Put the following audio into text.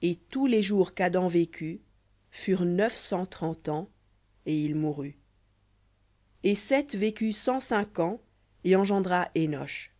et tous les jours qu'adam vécut furent neuf cent trente ans et il mourut et seth vécut cent cinq ans et engendra énosh